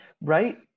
Right